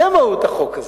זה מהות החוק הזה,